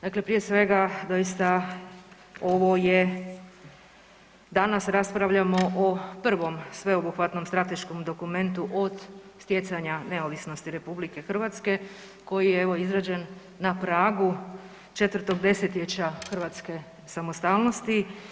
Dakle, prije svega doista ovo je, danas raspravljamo o prvom sveobuhvatnom strateškom dokumentu od stjecanja neovisnosti RH koji je evo izrađen na pragu 4 desetljeća hrvatske samostalnosti.